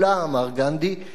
"היא תנועה של טרנספר".